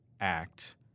Act